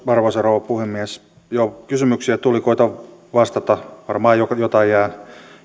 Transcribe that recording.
arvoisa rouva puhemies joo kysymyksiä tuli koetan vastata varmaan jotain jää